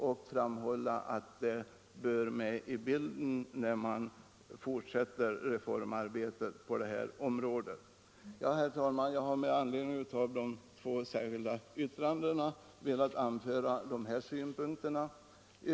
Vi har velat framhålla att det bör vara med i bilden när man fortsätter reformarbetet på det här området. Herr talman! Jag har med anledning av de två särskilda yttrandena velat anföra dessa synpunkter.